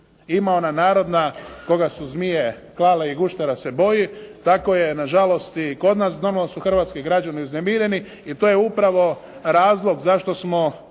Ima ona narodna "Koga su zmije klale i guštera se boji" tako je na žalost i kod nas, normalno da su hrvatski građani uznemireni i to je upravo razlog zašto smo